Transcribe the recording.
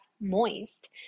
moist